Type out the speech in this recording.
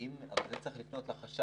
שהשלטון המקומי